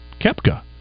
Kepka